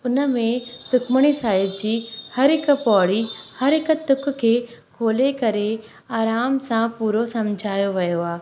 हुन में सुखमणी साहिब जी हर हिकु पौड़ी हर हिकु तुख खे खोले करे आराम सां पूरो सम्झायो वियो आहे